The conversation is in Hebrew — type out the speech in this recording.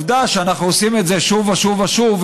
עובדה שאנחנו עושים את זה שוב ושוב ושוב,